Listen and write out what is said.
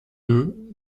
deux